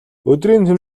өдрийн